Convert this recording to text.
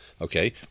Okay